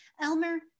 Elmer